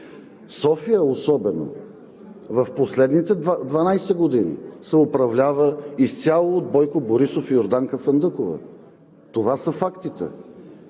София, особено в последните 12 години се управлява изцяло от Бойко Борисов и Йорданка Фандъкова. Това са фактите.